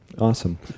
Awesome